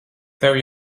tev